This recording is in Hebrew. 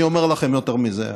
אני אומר לכם יותר מזה,